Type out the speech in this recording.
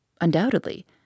Undoubtedly